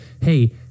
hey